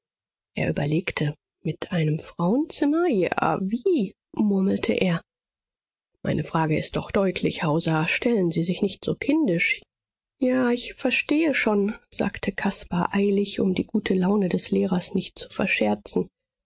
er überlegte mit einem frauenzimmer ja wie murmelte er meine frage ist doch deutlich hauser stellen sie sich nicht so kindisch ja ich versteh schon sagte caspar eilig um die gute laune des lehrers nicht zu verscherzen